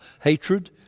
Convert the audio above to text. hatred